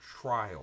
trial